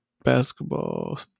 basketball